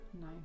No